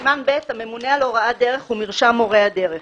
10. סימן ב': הממונה על הוראת הדרך ומרשם מורי הדרך